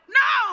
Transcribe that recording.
no